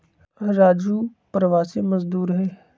राजू प्रवासी मजदूर हई